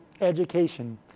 education